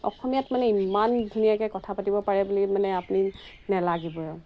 অসমীয়াত মানে ইমান ধুনীয়াকৈ কথা পাতিব পাৰে বুলি মানে আপুনি নেলাগিবই আৰু